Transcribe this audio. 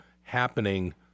happening